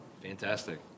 Fantastic